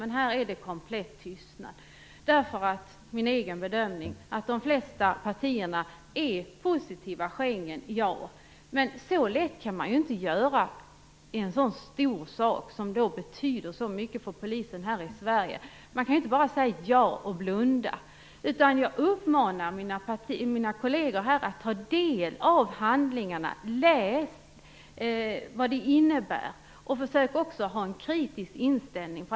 Men här är det komplett tystnad, därför att - min egen bedömning - de flesta partierna är positiva till Schengen. Men så lätt kan man inte göra en så stor sak, som betyder så mycket för Polisen här i Sverige. Man kan inte bara säga ja och blunda. Jag uppmanar mina kolleger att ta del av handlingarna. Läs vad det innebär, och försök även att ha en kritisk inställning!